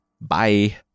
Bye